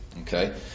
Okay